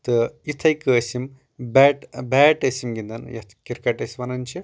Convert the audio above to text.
تہٕ یِتَھے کٔنۍ ٲسۍ یِم بیٹ بیٹ ٲسۍ یِم گنٛدان یَتھ کِرکَٹ أسۍ وَنان چھِ